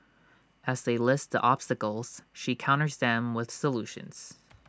as they list the obstacles she counters them with solutions